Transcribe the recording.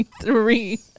three